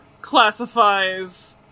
classifies